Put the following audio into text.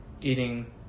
eating